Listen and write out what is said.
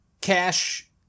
Cash